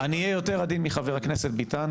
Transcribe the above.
אני אהיה יותר עדין מחבר הכנסת ביטן,